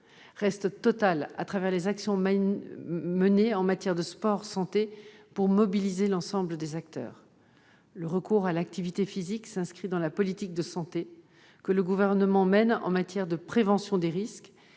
reste totale au travers des actions menées en matière de sport-santé pour mobiliser l'ensemble des acteurs. Le recours à l'activité physique s'inscrit dans la politique de santé que le Gouvernement conduit en matière de prévention des risques,